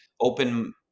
open